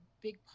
big